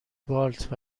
بالت